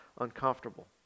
uncomfortable